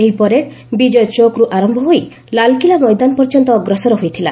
ଏହି ପରେଡ୍ ବିଜୟ ଚୌକ୍ରୁ ଆରମ୍ଭ ହୋଇ ଲାଲ୍କିଲ୍ଲା ମଇଦାନ ପର୍ଯ୍ୟନ୍ତ ଅଗ୍ରସର ହୋଇଥିଲା